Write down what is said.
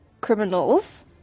criminals